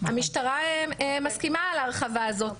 המשטרה מסכימה להרחבה הזאת.